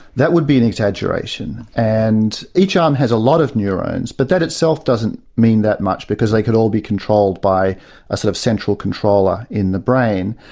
that would be an exaggeration, and each arm has a lot of neurons but that itself doesn't mean that much because they could all be controlled by a sort of central controller in the brain,